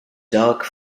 dark